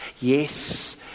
Yes